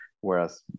whereas